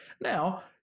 Now